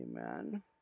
Amen